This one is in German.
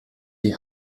die